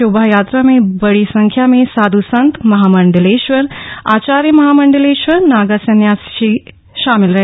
शोभायात्रा में बड़ी संख्या में साध् संत महामंडलेश्वर आचार्य महामंडलेश्वर नागा संन्यासी शामिल रहे